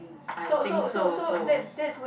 I think so also